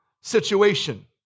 situation